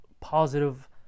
positive